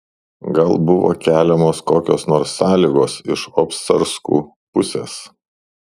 gal buvo keliamos kokios nors sąlygos iš obcarskų pusės